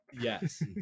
yes